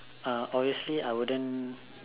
uh obviously I wouldn't